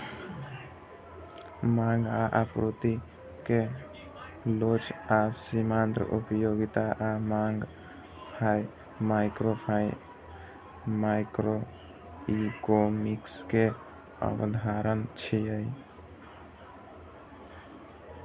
मांग आ आपूर्ति के लोच आ सीमांत उपयोगिता आ मांग माइक्रोइकोनोमिक्स के अवधारणा छियै